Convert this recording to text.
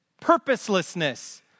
purposelessness